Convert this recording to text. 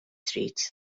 trid